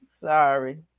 sorry